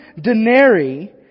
denarii